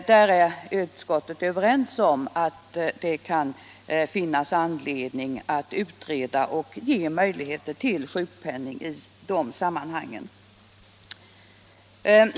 Utskottet är överens om att det finns anledning att utreda denna fråga.